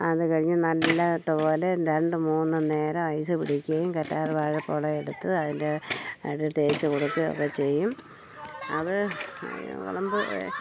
അത് കഴിഞ്ഞു നല്ലത് പോലെ രണ്ട് മൂന്ന് നേരം ഐസ് പിടിക്കുകയും കറ്റാറ് വാഴപ്പോള എടുത്ത് അതിൻ്റെ അകിട് തേച്ചു കൊടുക്കുകയൊക്കെ ചെയ്യും അത് കുളമ്പ്